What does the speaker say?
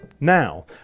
Now